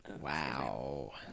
Wow